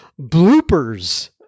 Bloopers